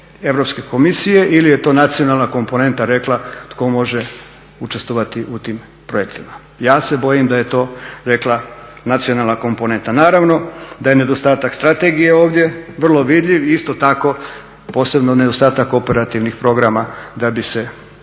Europske komisije ili je to nacionalna komponenta rekla tko može učestvovati u tim projektima. Ja se bojim da je to rekla nacionalna komponenta. Naravno da je nedostatak strategije ovdje vrlo vidljiv i isto tako posebno nedostatak operativnih programa da bi se